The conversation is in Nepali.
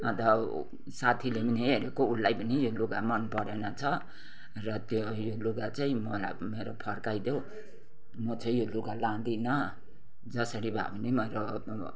अन्त साथीले पनि हेरेको उसलाई पनि यो लुगा मन परेनछ र त्यो लुगा चाहिँ मलाई मेरो फर्काइदेउ म चाहिँ यो लुगा लाँदिनँ जसरी भए पनि मेरो